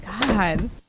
God